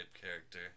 character